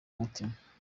mutima